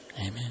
Amen